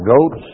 goats